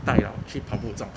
带 lor 去跑步钟